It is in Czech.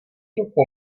trochu